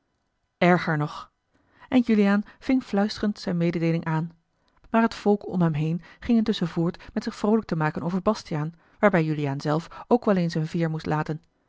erger nog en juliaan ving fluisterend zijne mededeeling aan maar het volk om hem heen ging intusschen voort met zich vroolijk te maken over bastiaan waarbij juliaan zelf ook wel eens een veêr moest laten